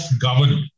government